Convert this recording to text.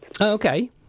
Okay